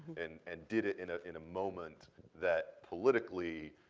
and and did it in ah in a moment that, politically,